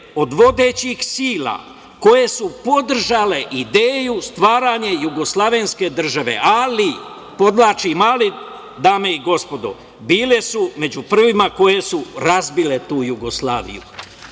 od vodećih sila koje su podržale ideju stvaranja jugoslovenske države, ali, podvlačim ali, dame i gospodo, bile su među prvima koje su razbile tu Jugoslaviju,